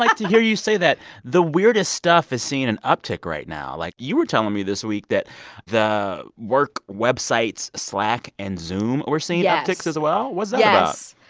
like to hear you say that the weirdest stuff has seen an uptick right now. like you were telling me this week that the work websites slack and zoom were seeing yeah upticks, as well yes